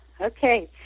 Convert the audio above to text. okay